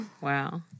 Wow